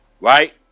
Right